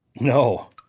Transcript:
No